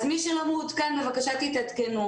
מי שלא מעודכן, בבקשה תתעדכנו.